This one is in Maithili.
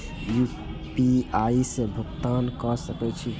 यू.पी.आई से भुगतान क सके छी?